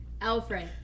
Alfred